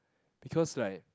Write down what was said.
because like